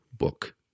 Book